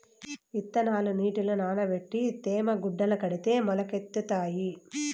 ఇత్తనాలు నీటిలో నానబెట్టి తేమ గుడ్డల కడితే మొలకెత్తుతాయి